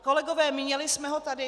Kolegové, měli jsme ho tady.